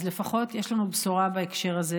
אז לפחות יש לנו בשורה בהקשר הזה,